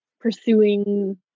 pursuing